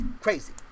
crazy